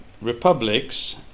republics